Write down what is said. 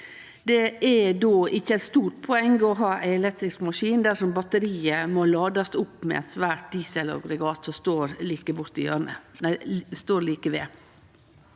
ikkje eit stort poeng å ha ei elektrisk maskin dersom batteriet må ladast opp med eit svært dieselaggregat som står like ved.